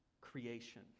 creation